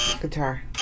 Guitar